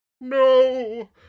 No